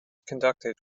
conducted